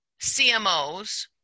CMOs